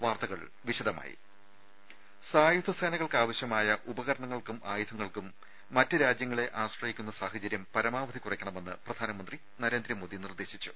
വാർത്തകൾ വിശദമായി സായുധ സേനകൾക്കാവശ്യമായ ഉപകരണങ്ങൾക്കും ആയുധങ്ങൾക്കും മറ്റ് രാജ്യങ്ങളെ ആശ്രയിക്കുന്ന സാഹചര്യം പരമാവധി കുറക്കണമെന്ന് പ്രധാനമന്ത്രി നരേന്ദ്രമോദി നിർദേശിച്ചു